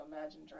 Imagine